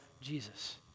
Jesus